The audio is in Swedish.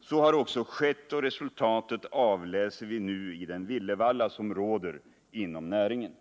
Så har också skett, och resultatet avläser vi nu i den villervalla som råder inom näringen.